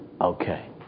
Okay